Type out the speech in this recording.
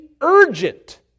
urgent